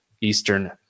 Eastern